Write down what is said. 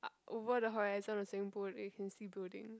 up over the horizon of swimming pool that you can see building